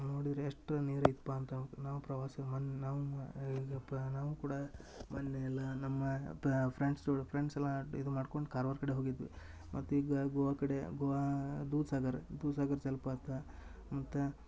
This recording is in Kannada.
ನೋಡಿದರೆ ಎಷ್ಟು ನೀರು ಐತ ಪಾ ಅಂತ ನಾವು ಪ್ರವಾಸಿ ಮನ ನಾವು ಇದಪ್ಪ ನಾವು ಕೂಡ ಮನ್ನೆ ಎಲ್ಲಾ ನಮ್ಮ ಫ್ರೆಂಡ್ಸ್ ಜೋಡಿ ಫ್ರೆಂಡ್ಸ್ ಎಲ್ಲಾ ಇದು ಮಾಡ್ಕೊಂಡು ಕಾರ್ವಾರ ಕಡೆ ಹೋಗಿದ್ವಿ ಮತ್ತೆ ಈಗ ಗೋವಾ ಕಡೆ ಗೋವಾ ದೂದ್ ಸಾಗರ್ ದೂದ್ ಸಾಗರ್ ಜಲಪಾತ ಮತ್ತ